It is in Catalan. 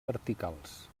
verticals